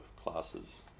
classes